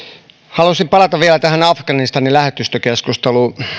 haluaisin palata vielä tähän afganistanin lähetystökeskusteluun